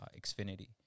Xfinity